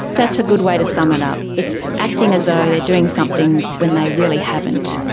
that's a good way to sum it up. it's acting as though they're doing something when they really haven't.